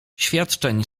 świadczeń